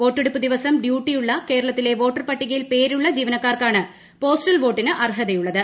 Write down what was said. വോട്ടെടുപ്പ് ദിവസം ഡ്യൂട്ടിയുള്ള കേരളത്തിലെ വോട്ടർ പട്ടികയിൽ പേരുള്ള ജീവനക്കാർക്കാണ് പോസ്റ്റൽ വോട്ടിന് അർഹതയുള്ളത്